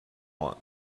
want